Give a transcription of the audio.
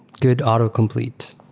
good autocomplete.